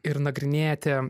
ir nagrinėjate